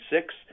six